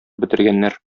бетергәннәр